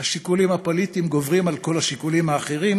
השיקולים הפוליטיים גוברים על כל השיקולים האחרים,